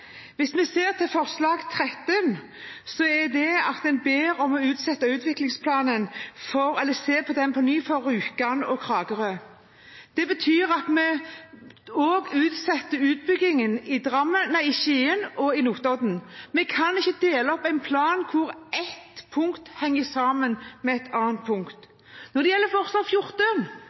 Hvis vi ser på forslag nr. 13, ber en om å se på utviklingsplanen for Rjukan og Kragerø på nytt. Det betyr at en også utsetter utbyggingen i Skien og Notodden. Vi kan ikke dele opp en plan hvor et punkt henger sammen med et annet punkt. Når det gjelder forslag nr. 14,